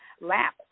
lap